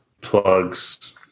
plugs